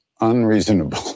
unreasonable